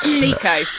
Nico